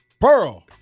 Pearl